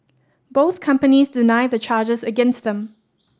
both companies deny the charges against them